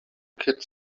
kid